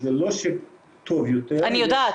זה לא שהטיפול טוב יותר --- אני יודעת,